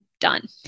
done